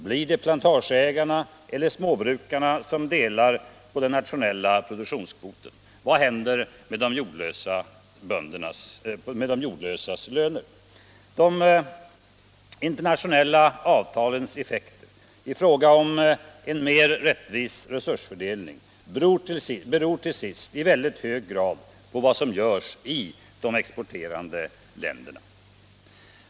Blir det plantageägarna eller småbrukarna som delar på den nationella produktionskvoten? Vad händer med de jordlösas löner? Det internationella avtalets effekter i fråga om en mer rättvis resursfördelning beror till sist i mycket hög grad på vad som görs i de exporterande länderna.